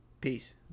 Peace